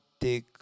take